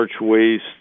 waste